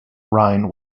rhine